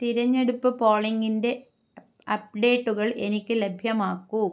തിരഞ്ഞെടുപ്പ് പോളിംഗിൻ്റെ അപ്പ് അപ്ഡേറ്റുകൾ എനിക്ക് ലഭ്യമാക്കൂ